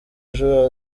ejo